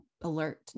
alert